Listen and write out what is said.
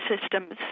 systems